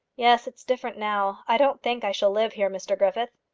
yes, it's different now. i don't think i shall live here, mr griffith.